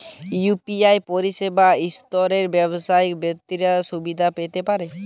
UPI পরিসেবা সর্বস্তরের ব্যাবসায়িক ব্যাক্তিরা কি সুবিধা পেতে পারে?